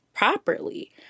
properly